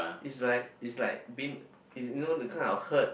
is like is like being you know that kind of herd